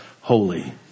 holy